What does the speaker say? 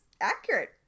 accurate